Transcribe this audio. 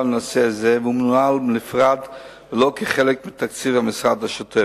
לנושא הזה והוא מנוהל בנפרד ולא כחלק מתקציב המשרד השוטף.